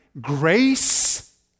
Grace